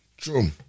True